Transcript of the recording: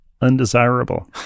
undesirable